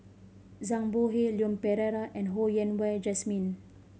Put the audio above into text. Zhang Bohe Leon Perera and Ho Yen Wah Jesmine